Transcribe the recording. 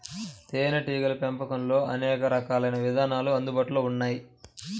తేనీటీగల పెంపకంలో అనేక రకాలైన విధానాలు అందుబాటులో ఉన్నాయి